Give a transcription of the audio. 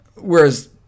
whereas